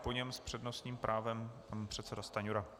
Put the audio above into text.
Po něm s přednostním právem pan předseda Stanjura.